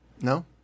no